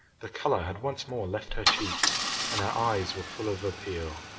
the colour had once more left her cheeks and her eyes were full of appeal.